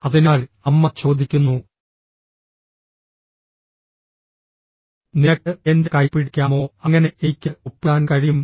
അതിനാൽ അമ്മ ചോദിക്കുന്നു നിനക്ക് എന്റെ കൈ പിടിക്കാമോ അങ്ങനെ എനിക്ക് ഒപ്പിടാൻ കഴിയും